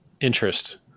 interest